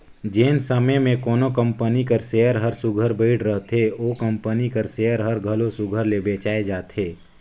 जेन समे में कोनो कंपनी कर सेयर हर सुग्घर बइढ़ रहथे ओ कंपनी कर सेयर हर घलो सुघर ले बेंचाए जाथे